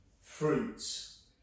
fruits